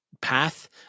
path